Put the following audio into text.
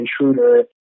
intruder